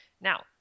Now